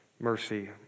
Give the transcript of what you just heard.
mercy